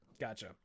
Gotcha